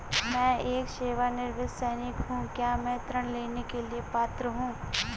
मैं एक सेवानिवृत्त सैनिक हूँ क्या मैं ऋण लेने के लिए पात्र हूँ?